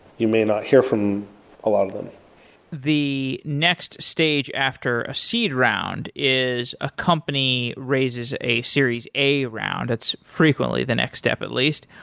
you may not hear from a lot of them the next stage after a seed round is a company raises a series a round. that's frequently the next step at least.